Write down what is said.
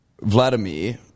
Vladimir